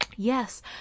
Yes